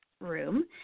room